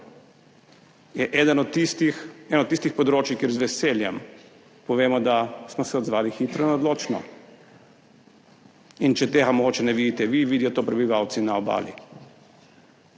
je eno od tistih področij, kjer z veseljem povemo, da smo se odzvali hitro in odločno. In če tega mogoče ne vidite vi, vidijo to prebivalci na Obali.